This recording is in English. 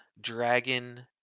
dragon